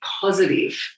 positive